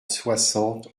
soixante